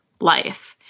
life